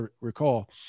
recall